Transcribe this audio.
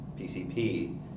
PCP